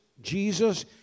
Jesus